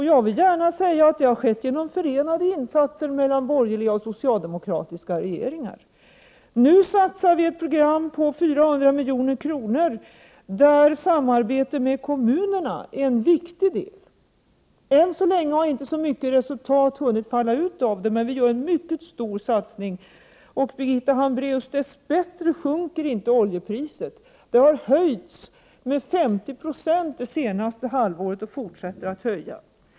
Jag vill gärna säga att det har skett genom förenade insatser av borgerliga och socialdemokratiska regeringar. Nu satsar vi på ett program på 400 miljoner, där samarbetet med kommunerna är en viktig del. Ännu så länge har inte så mycket resultat hunnit falla ut, men vi gör mycket stora satsningar. Dess bättre, Birgitta Hambraeus, sjunker inte oljepriset. Det har höjts med 50 96 det senaste halvåret och fortsätter att höjas.